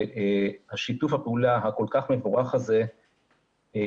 ששיתוף הפעולה הכול כך מבורך הזה יתעכב